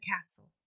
castle